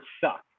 suck